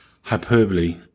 hyperbole